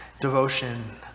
devotion